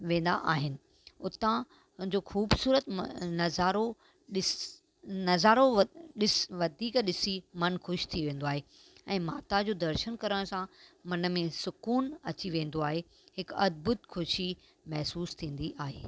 वेंदा आहिनि हुतां जो ख़ूबसूरत म नज़ारो ॾिसीसि नज़ारो व ॾिस वधीक ॾिसी मनु ख़ुशि थी वेंदो आहे ऐं माता जो दर्शनु करण सां मनु में सुकून अची वेंदो आहे हिक अद्भुत ख़ुशी महिसूसु थींदी आहे